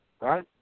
right